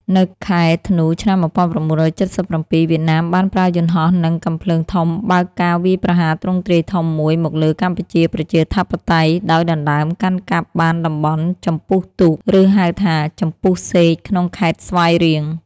នៅខែធ្នូ ឆ្នាំ ១៩៧៧ វៀតណាមបានប្រើយន្តហោះ និងកាំភ្លើងធំបើកការវាយប្រហារទ្រង់ទ្រាយធំមួយមកលើកម្ពុជាប្រជាធិបតេយ្យ ដោយដណ្តើមកាន់កាប់បានតំបន់ចំពុះទូក ឬ ហៅថា ចំពុះសេក ក្នុងខេត្តស្វាយរៀង។